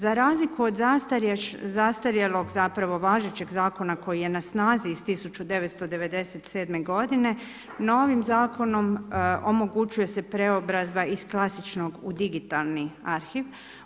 Za razliku od zastarjelog zapravo važećeg Zakona koji je na snazi iz 1997. godine, novim Zakonom omogućuje se preobrazba iz klasičnog u digitalni arhiv.